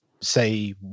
say